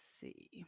see